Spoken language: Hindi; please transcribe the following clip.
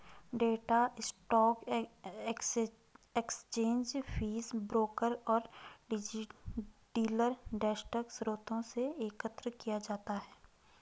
data stock exchange feed, broker और डीलर डेस्क स्रोतों से एकत्र किया जाता है